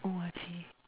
oh I see